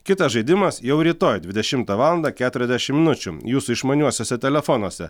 kitas žaidimas jau rytoj dvidešimtą valandą keturiasdešim minučių jūsų išmaniuosiuose telefonuose